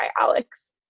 Alex